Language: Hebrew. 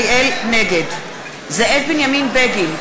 נגד זאב בנימין בגין,